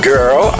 Girl